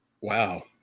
Wow